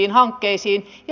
direktiivistä kokonaan